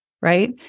right